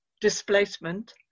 displacement